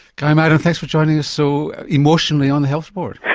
guy maddern, thanks for joining us so emotionally on the health report.